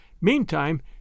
Meantime